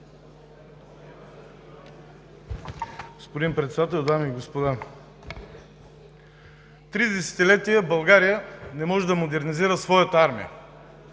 Господин Председател, дами и господа! Три десетилетия България не може да модернизира своята армия.